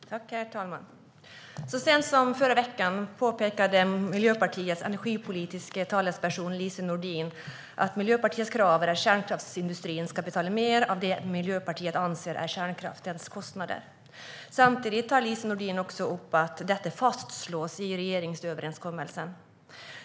Herr talman! Så sent som förra veckan påpekade Miljöpartiets energipolitiska talesperson Lise Nordin att Miljöpartiets krav är att kärnkraftsindustrin ska betala mer av det som Miljöpartiet anser är kärnkraftens kostnader. Samtidigt tar Lise Nordin upp att detta fastslås i regeringsöverenskommelsen.